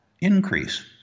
increase